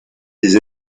des